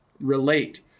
relate